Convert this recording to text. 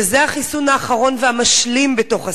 שזה החיסון האחרון והמשלים בתוך הסל,